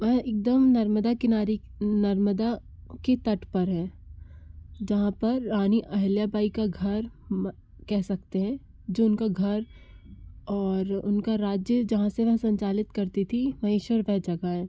वह एकदम नर्मदा किनारे नर्मदा के तट पर हैं जहाँ पर रानी अहिल्याबाई का घर कह सकते हैं जो उनका घर और उनका राज्य जहाँ से वह संचालित करती थी महेश्वर वह जगह हैं